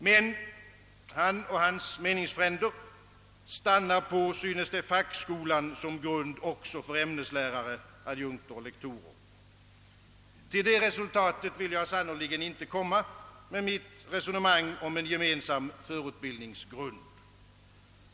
Men han och hans meningsfränder stannar, synes det, vid fackskolan som grund också för ämneslärare, adjunkter och lektorer. Till det resultatet vill jag sannerligen inte komma med mitt resonemang om gemensam förutbildningsgrund.